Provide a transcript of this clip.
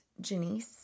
Janice